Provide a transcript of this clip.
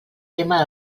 tema